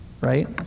Right